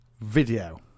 video